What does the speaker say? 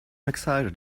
excited